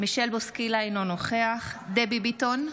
מישל בוסקילה, אינו נוכח דבי ביטון,